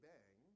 Bang